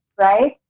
right